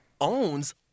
owns